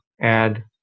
add